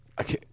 Okay